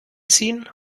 ziehen